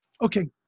Okay